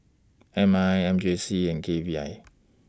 M I M J C and K V I